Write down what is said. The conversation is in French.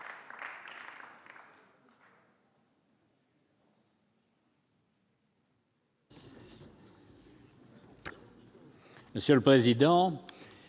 Monsieur le président,